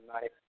night